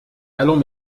allons